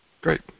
great